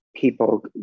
people